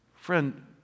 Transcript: Friend